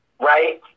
right